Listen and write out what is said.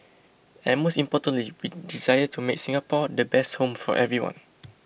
and most importantly we desire to make Singapore the best home for everyone